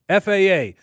FAA